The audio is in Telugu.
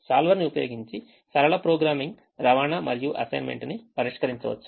Solver ని ఉపయోగించి సరళ ప్రోగ్రామింగ్ రవాణా మరియు అసైన్మెంట్ను పరిష్కరించవచ్చు